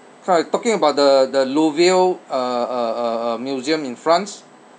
so I talking about the the louvre uh uh uh uh museum in france